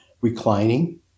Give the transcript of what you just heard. reclining